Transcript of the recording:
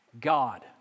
God